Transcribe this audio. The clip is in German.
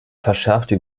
verschärfte